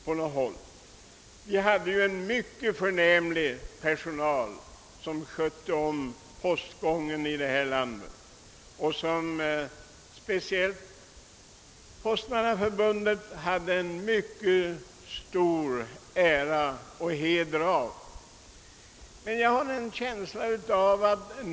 Tidigare var det en mycket förnämlig personal som skötte postgången i landet och den fackliga organisationen, Postmannaförbundet, hade stor ära och heder av denna.